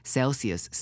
Celsius